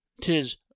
tis